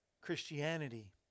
Christianity